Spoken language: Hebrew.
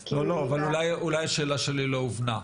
לא, אולי השאלה שלי לא הובנה.